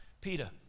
Peter